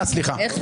הצבעה לא אושרו.